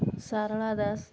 Sarala Das